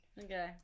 Okay